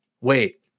wait